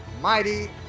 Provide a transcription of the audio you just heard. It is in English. mighty